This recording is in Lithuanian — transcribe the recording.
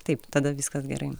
taip tada viskas gerai